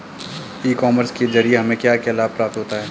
ई commerce के ज़रिए हमें क्या क्या लाभ प्राप्त होता है?